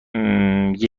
قهوه